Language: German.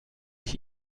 ich